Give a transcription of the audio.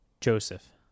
Joseph